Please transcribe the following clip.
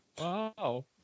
Wow